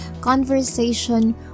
conversation